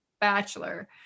bachelor